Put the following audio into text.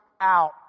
out